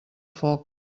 foc